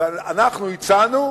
ואנחנו הצענו,